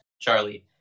Charlie